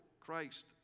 Christ